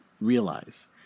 realize